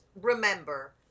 remember